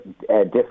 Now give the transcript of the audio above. different